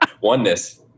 Oneness